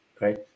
right